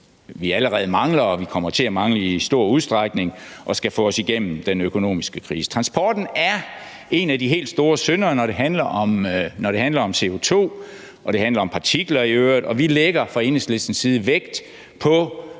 vi i stor udstrækning kommer til at mangle, og som skal få os igennem den økonomiske krise. Transporten er en af de helt store syndere, når det handler om CO₂, og når det handler om partikler i øvrigt, og vi lægger fra Enhedslistens side vægt på